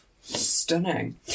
stunning